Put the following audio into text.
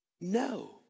No